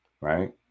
right